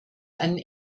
einen